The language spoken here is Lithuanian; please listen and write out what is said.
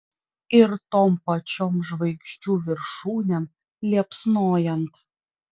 ir tom pačiom žvaigždžių viršūnėm liepsnojant